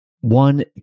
one